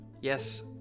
Yes